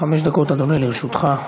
חמש דקות, אדוני, לרשותך.